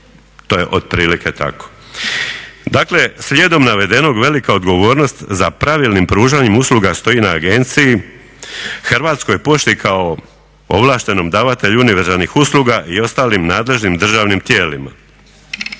to je otprilike tako. Dakle, slijedom navedenog velika odgovornost za pravilnim pružanjem usluga stoji na agenciji, Hrvatskoj pošti kao ovlaštenom davatelju univerzalnih usluga i ostalim nadležnim državnim tijelima.